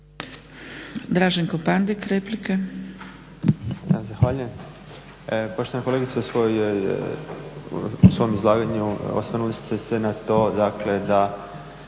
Draženko Pandek, replika.